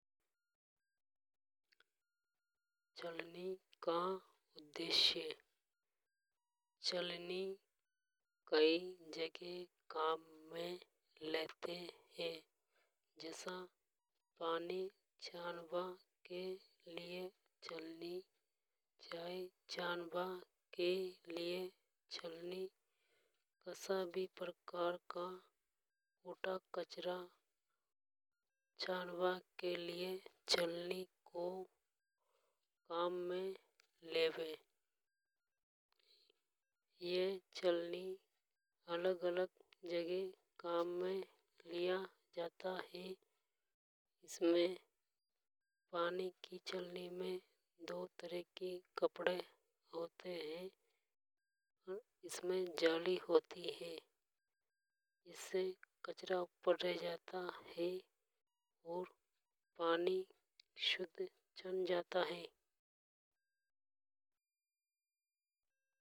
छननी का उद्देश्य छननी कई जगह काम में लेते है। जसा पानी छानबा के लिए छननी चाय चंबा छानबा के लिए छननी कसा भी प्रकार का कूटा कचरा छानबा के लिए छननी काम में लेवे। ये छननी अलग अलग जगह काम में लिया जाता है।। एमे पानी की छलनी में दो तरह के कपड़े होते है।। इसमें जाली हो होती हे जिससे कचरा ऊपर छन जाता हे और पानी शुद्ध छन जाता है।।